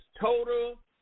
total